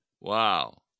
Wow